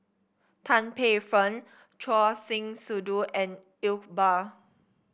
Tan Paey Fern Choor Singh Sidhu and Iqbal